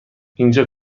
اینجا